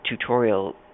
tutorial